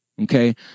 Okay